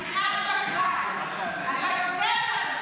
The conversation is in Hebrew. שקרן, חתיכת שקרן, אתה יודע שאתה משקר.